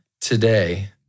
Today